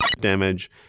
damage